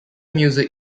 music